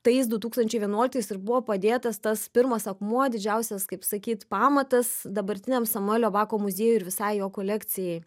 tais du tūkstančiai vienuoliktais ir buvo padėtas tas pirmas akmuo didžiausias kaip sakyt pamatas dabartiniam samuelio bako muziejui ir visai jo kolekcijai